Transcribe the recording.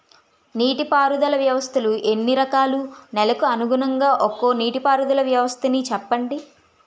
నీటి పారుదల వ్యవస్థలు ఎన్ని రకాలు? నెలకు అనుగుణంగా ఒక్కో నీటిపారుదల వ్వస్థ నీ చెప్పండి?